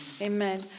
Amen